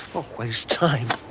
always time.